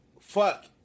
fuck